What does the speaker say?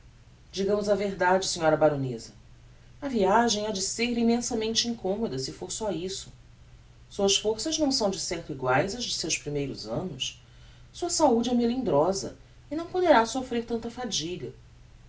digamos a verdade sra baroneza a viagem ha de ser-lhe immensamente incommoda se for so isso suas forças não são de certo eguaes ás de seus primeiros annos sua saude é melindrosa e não poderá soffrer tanta fadiga